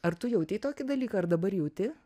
ar tu jautei tokį dalyką ar dabar jauti